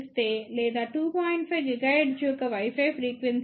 5 GHz యొక్క Wi Fi frequency అని చెప్పండి